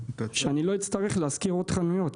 שאני לא אצטרך לשכור עוד חנויות,